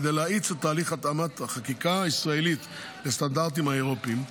וכדי להאיץ את תהליך התאמת החקיקה הישראלית לסטנדרטים האירופיים,